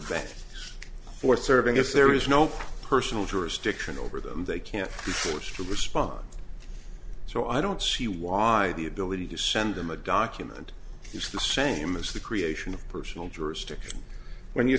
banks for serving if there is no personal jurisdiction over them they can't force to respond so i don't see why the ability to send them a document is the same as the creation of personal jurisdiction when you